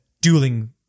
dueling